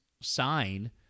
sign